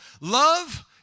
love